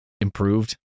improved